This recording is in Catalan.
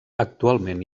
actualment